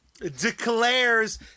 Declares